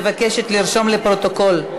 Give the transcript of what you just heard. מבקשת לרשום לפרוטוקול.